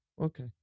Okay